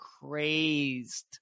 crazed